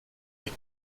die